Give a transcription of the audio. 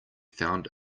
found